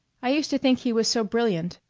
i used to think he was so brilliant.